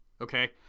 okay